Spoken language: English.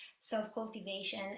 self-cultivation